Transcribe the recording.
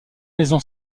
maison